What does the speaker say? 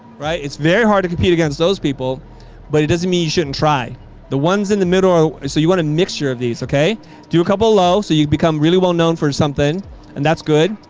right. it's very hard to compete against those people but it doesn't mean you shouldn't try the ones in the middle. and so you want a mixture of these ok do a couple of low so you become really well known for something and that's good.